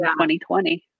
2020